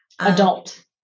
Adult